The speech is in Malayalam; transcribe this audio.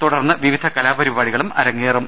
തുടർന്ന് വിവിധ കലാപരിപാടികളും അരങ്ങേറും